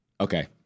okay